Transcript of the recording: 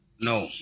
No